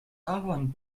ahorn